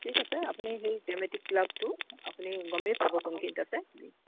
ঠিক আছে আপুনি সেই ড্ৰেমেটিক ক্লাবটো আপুনি গমেই পাব কোনখিনিত আছে